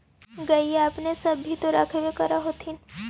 गईया अपने सब भी तो रखबा कर होत्थिन?